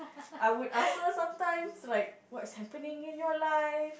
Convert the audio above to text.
I would ask her sometimes like what's happening in your life